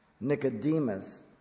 Nicodemus